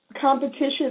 competition